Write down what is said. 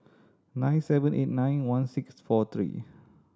nine seven eight nine one six four three